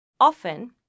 Often